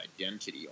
identity